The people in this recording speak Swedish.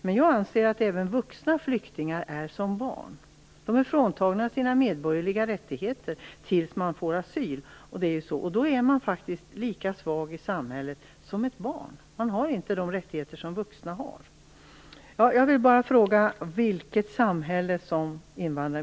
Men jag anser att även vuxna flyktingar är som barn. De är fråntagna sina medborgerliga rättigheter tills de får asyl. Under den tiden är de faktiskt lika svaga som barn är i samhället. De har inte de rättigheter som vuxna har.